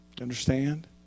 Understand